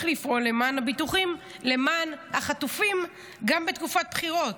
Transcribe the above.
לפעול למען החטופים גם בתקופת בחירות.